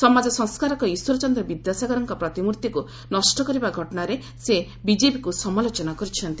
ସମାଜସଂସ୍କାରକ ଈଶ୍ୱରଚନ୍ଦ୍ର ବିଦ୍ୟାସାଗରଙ୍କ ପ୍ରତିମୂର୍ତ୍ତିକୁ ନଷ୍ଟକରିବା ଘଟଣାରେ ସେ ବିଜେପିକୁ ସମାଲୋଚନା କରିଛନ୍ତି